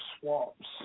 swamps